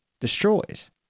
destroys